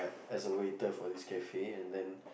as a waiter for this cafe and then